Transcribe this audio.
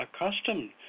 accustomed